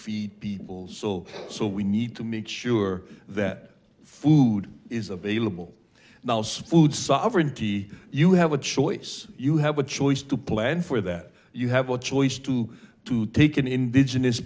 feed people so so we need to make sure that food is available now smoothed sovereignty you have a choice you have a choice to plan for that you have a choice to to take an indigenous